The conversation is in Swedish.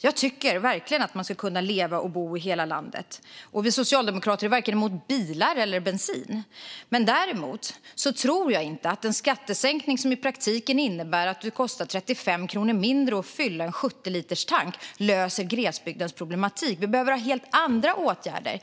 Jag tycker verkligen att man ska kunna leva och bo i hela landet. Vi socialdemokrater är varken mot bilar eller bensin. Däremot tror jag inte att en skattesänkning som i praktiken innebär att det kostar 35 kronor mindre att fylla en 70-literstank löser glesbygdens problematik. Vi behöver ha helt andra åtgärder.